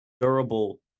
durable